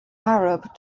arab